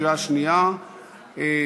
לקריאה שנייה ושלישית.